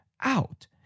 out